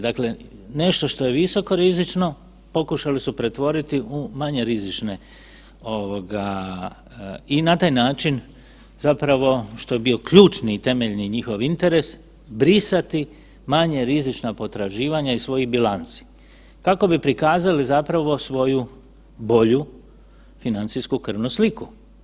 Dakle, nešto što je visokorizično, pokušali su pretvoriti u manje rizične i na taj način zapravo, što je bio ključni i temeljni njihov interes, brisati manje rizična potraživanja iz svojih bilanca, kako bi prikazali zapravo svoju bolju financijsku krvnu sliku.